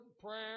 prayer